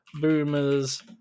Boomers